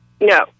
No